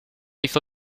hizo